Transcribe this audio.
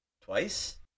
twice